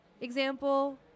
example